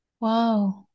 Wow